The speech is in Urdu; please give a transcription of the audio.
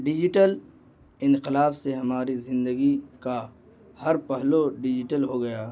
ڈیجیٹل انقلاب سے ہماری زندگی کا ہر پہلو ڈیجیٹل ہو گیا